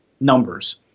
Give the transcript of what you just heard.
numbers